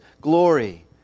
glory